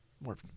more